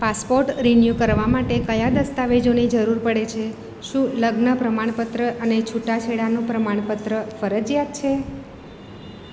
passport renew કરવા માટે કયા દસ્તાવેજોની જરૂર પડે છે શું લગ્ન પ્રમાણપત્ર અને છૂટાછેડાનું પ્રમાણપત્ર ફરજિયાત છે